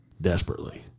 desperately